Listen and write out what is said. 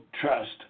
trust